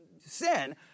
sin